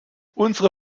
unsere